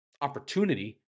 opportunity